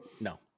No